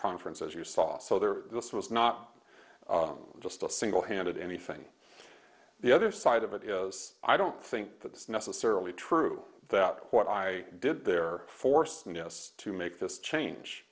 conference as you saw so there was not just a single handed anything the other side of it is i don't think that's necessarily true that what i did there forcing us to make this change